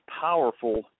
powerful